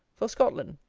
for scotland.